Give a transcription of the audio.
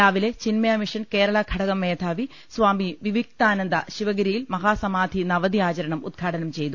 രാവിലെ ചിന്മ യമിഷൻ കേരള ഘടകം മേധാവി സ്വാമി വിവിക്താനന്ദ ശിവ ഗിരിയിൽ മഹാസമാധി നവതി ആചരണം ഉദ്ഘാടനം ചെയ്തു